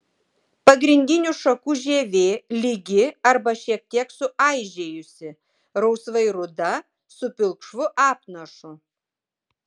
pagrindinių šakų žievė lygi arba šiek tiek suaižėjusi rausvai ruda su pilkšvu apnašu